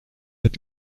être